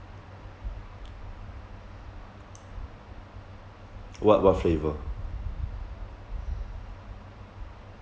what what flavour